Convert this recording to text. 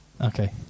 Okay